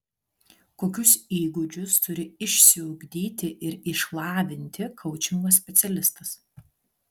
kokius įgūdžius turi išsiugdyti ir išlavinti koučingo specialistas